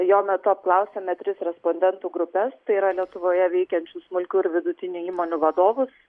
jo metu apklausiame tris respondentų grupes tai yra lietuvoje veikiančių smulkių ir vidutinių įmonių vadovus